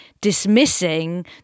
dismissing